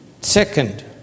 Second